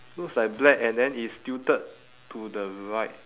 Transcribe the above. looks like black and then it's tilted to the right